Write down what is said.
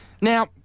Now